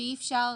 שאי אפשר